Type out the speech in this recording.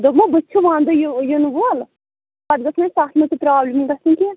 دوٚپمو بٕتھِ چھِ وَنٛدٕ یہِ یِنہٕ وول پَتہٕ گٔژھ نہ اَسہِ تَتھ منٛز تہِ پرٛابلِم گَژھٕنۍ کیٚنہہ